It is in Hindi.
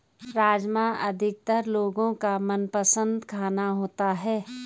राजमा अधिकतर लोगो का मनपसंद खाना होता है